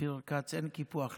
אופיר כץ, אין קיפוח לעיראקים.